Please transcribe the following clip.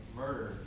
murder